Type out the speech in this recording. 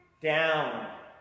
down